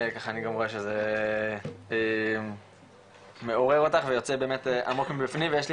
אני גם רואה שזה מעורר אותך ויוצא באמת עמוק מבפנים ויש לי